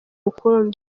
rukumbi